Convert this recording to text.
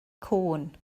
cŵn